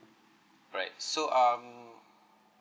right so um